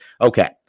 Okay